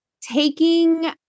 taking